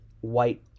White